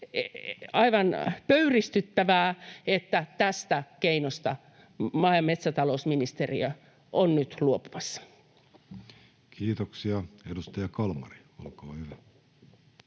aivan pöyristyttävää, että tästä keinosta maa- ja metsätalousministeriö on nyt luopumassa. Kiitoksia. — Edustaja Kalmari, olkaa hyvä.